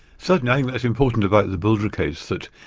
certainly i think that's important about the bolger case that